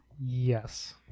Yes